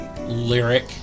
lyric